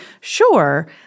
sure